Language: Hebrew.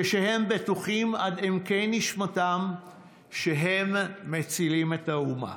כשהם בטוחים עד עמקי נשמתם שהם מצילי האומה.